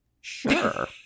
sure